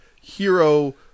hero